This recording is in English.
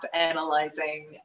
analyzing